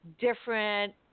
different